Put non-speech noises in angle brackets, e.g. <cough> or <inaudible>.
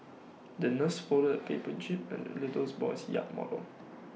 the nurse folded paper jib and the little <unintelligible> boy's yacht model